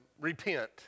repent